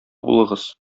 булыгыз